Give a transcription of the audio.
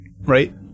Right